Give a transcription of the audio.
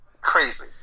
crazy